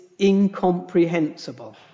incomprehensible